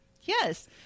Yes